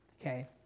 okay